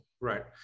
Right